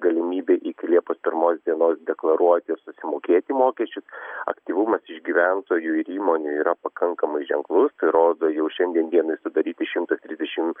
galimybė iki liepos pirmos dienos deklaruoti susimokėti mokesčius aktyvumas iš gyventojų ir įmonių yra pakankamai ženklus rodo jau šiandien dienai sudaryti šimtas trisdešimt